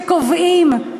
שקובעים,